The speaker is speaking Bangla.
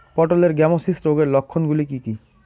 পটলের গ্যামোসিস রোগের লক্ষণগুলি কী কী?